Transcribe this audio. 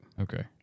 Okay